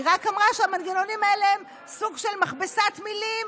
היא רק אמרה שהמנגנונים האלה הם סוג של מכבסת מילים,